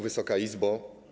Wysoka Izbo!